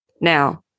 Now